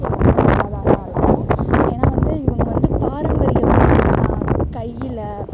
எல்லாமே நல்லதாகதான் இருக்கும் ஏன்னா வந்து இவங்க வந்து பாரம்பரிய உணவுமுறைதான் கையில்